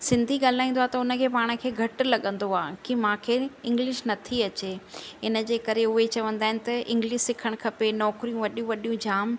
सिंधी ॻाल्हाईंदो आहे त उन खे पाण खे घटि लॻंदो आहे की मूंखे इंग्लिश नथी अचे इन जे करे उहे चवंदा आहिनि त इंग्लिश सिखणु खपे नौकिरियूं वॾियूं वॾियूं जाम